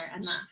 enough